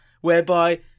Whereby